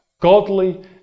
godly